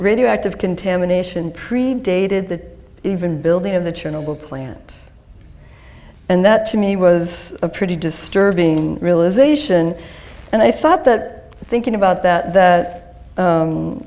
radioactive contamination predated that even building of the chernobyl plant and that to me was a pretty disturbing realisation and i thought that thinking about that